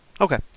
Okay